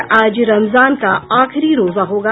और आज रमजान का आखिरी रोजा होगा